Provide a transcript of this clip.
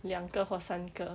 两个或三个